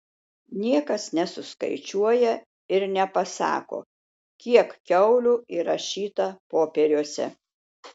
niekas nesuskaičiuoja ir nepasako kiek kiaulių įrašyta popieriuose